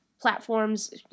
platforms